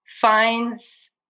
finds